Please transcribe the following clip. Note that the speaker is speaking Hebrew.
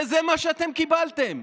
וזה מה שאתם קיבלתם.